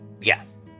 Yes